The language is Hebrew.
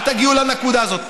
אל תגיעו לנקודה הזאת.